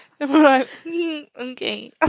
okay